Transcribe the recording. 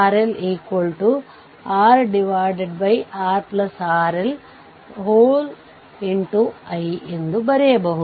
ಉದಾಹರಣೆಗೆ ನೀವು ಇದನ್ನು ತೆರೆದರೆ ಲೋಡ್ ಸಂಪರ್ಕ ಕಡಿತಗೊಳ್ಳುತ್ತದೆ ಅಂದರೆ i 0